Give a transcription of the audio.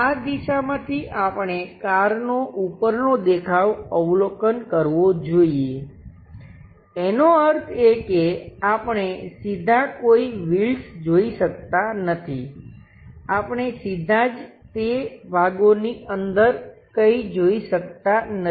આ દિશામાંથી આપણે કારનો ઉપરનો દેખાવ અવલોકન કરવો જોઈએ એનો અર્થ એ કે આપણે સીધા કોઈ વ્હીલ્સ જોઈ શકતા નથી આપણે સીધા જ તે ભાગોની અંદર કંઈ જોઈ શકતા નથી